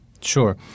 Sure